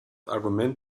argument